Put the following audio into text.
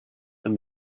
and